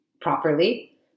properly